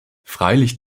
freilich